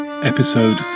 Episode